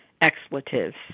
expletives